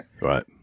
Right